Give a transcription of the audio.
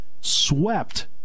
swept